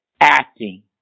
Acting